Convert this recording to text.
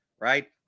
right